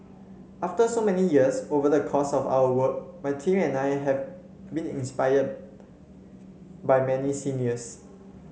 after so many years over the course of our work my team and I have been inspired by many seniors